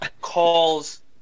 calls